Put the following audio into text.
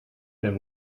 been